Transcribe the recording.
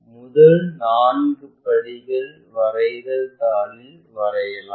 முதல் நான்கு படிகள் வரைதல் தாளில் வரையலாம்